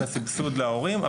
את הסבסוד להורים,